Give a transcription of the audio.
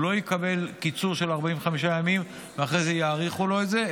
הוא לא יקבל קיצור של 45 ימים ואחרי זה יאריכו לו את זה,